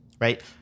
right